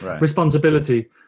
Responsibility